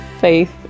faith